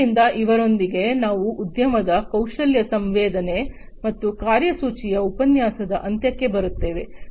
ಆದ್ದರಿಂದ ಇದರೊಂದಿಗೆ ನಾವು ಉದ್ಯಮದ ಕೌಶಲ್ಯ ಸಂವೇದನೆ ಮತ್ತು ಕಾರ್ಯಸೂಚಿಯ ಉಪನ್ಯಾಸದ ಅಂತ್ಯಕ್ಕೆ ಬರುತ್ತೇವೆ